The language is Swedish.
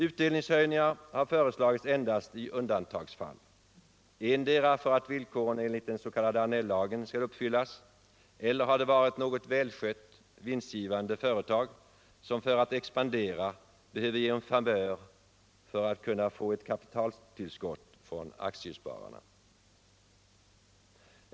Utdelningshöjningar har föreslagits endast i undantagsfall —- endera har det skett för att villkoren enligt den s.k. Annellagen skall uppfyllas eller också har det varit något välskött, vinstgivande företag som för att expandera behövt ge en favör för att kunna få ett kapitaltillskott från aktiespararna.